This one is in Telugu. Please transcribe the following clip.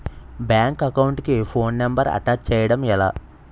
బ్యాంక్ అకౌంట్ కి ఫోన్ నంబర్ అటాచ్ చేయడం ఎలా?